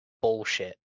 bullshit